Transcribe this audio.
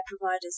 providers